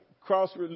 cross